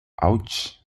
ouch